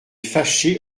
fâché